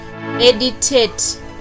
meditate